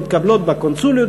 מתקבלות בקונסוליות,